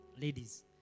Ladies